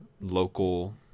local